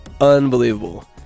Unbelievable